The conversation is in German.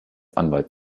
anwalt